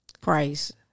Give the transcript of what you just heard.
Price